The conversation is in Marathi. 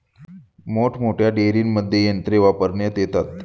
मोठमोठ्या डेअरींमध्ये यंत्रे वापरण्यात येतात